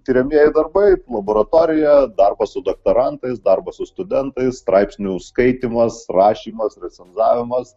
tiriamieji darbai laboratorija darbas su doktorantais darbas su studentais straipsnių skaitymas rašymas recenzavimas